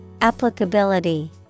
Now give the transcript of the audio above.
Applicability